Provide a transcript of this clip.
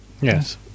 Yes